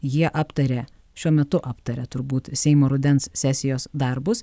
jie aptarė šiuo metu aptaria turbūt seimo rudens sesijos darbus